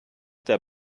der